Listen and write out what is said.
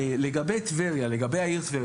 לגבי העיר טבריה,